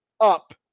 up